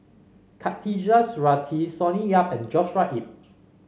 Khatijah Surattee Sonny Yap and Joshua Ip